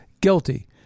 guilty